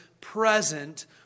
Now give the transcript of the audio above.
present